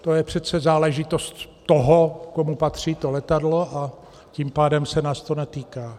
To je přece záležitost toho, komu patří to letadlo, a tím pádem se nás to netýká.